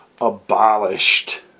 abolished